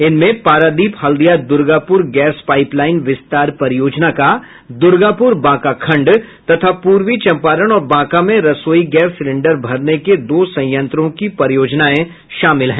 इनमें Paradip Haldia Durgapur gas pipeline विस्तार परियोजना का दुर्गापुर बांका खंड तथा पूर्वी चम्पारन और बांका में रसोई गैस सिलेंडर भरने के दो संयंत्रों की परियोजनाएं शामिल हैं